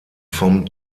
vom